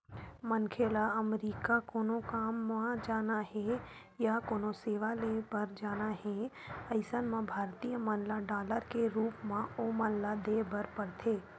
मनखे ल अमरीका कोनो काम म जाना हे या कोनो सेवा ले बर जाना हे अइसन म भारतीय मन ल डॉलर के रुप म ओमन ल देय बर परथे